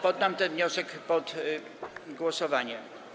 Poddam ten wniosek pod głosowanie.